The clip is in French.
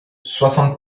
soixante